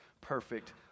perfect